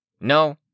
No